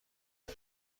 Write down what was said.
اون